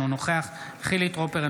אינו נוכח חילי טרופר,